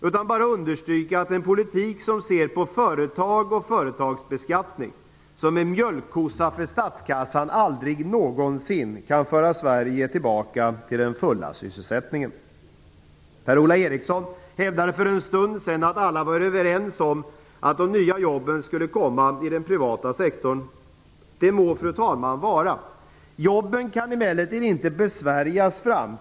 Låt mig bara understryka att en politik som ser på företag och företagsbeskattning som en mjölkkossa för statskassan aldrig någonsin kan föra Sverige tillbaka till den fulla sysselsättningen. Per-Ola Eriksson hävdade för en stund sedan att alla var överens om att de nya jobben skulle komma i den privata sektorn. Det må så vara, fru talman. Jobben kan emellertid inte besvärjas fram.